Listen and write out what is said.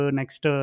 next